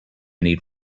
need